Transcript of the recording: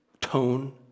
tone